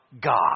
God